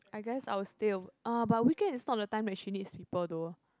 I guess I will stay a~ uh but weekend is not the time when she needs people though